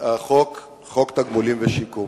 חוק תגמולים ושיקום.